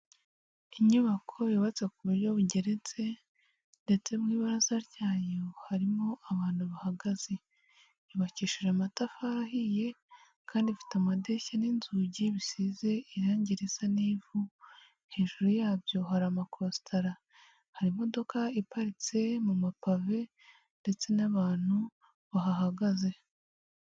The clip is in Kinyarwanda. Inyubako yubatse ku buryo bugeretse, ndetse mu ibaraza ryayo harimo abantu bahagaze, yubakishije amatafari ahiye, kandi ifite amadirishya n'inzugi bisize irangiriza risa n'ivu, hejuru yabyo hari amakositara, hari imodoka iparitse mu mapave ndetse n'abantu bahahagaze.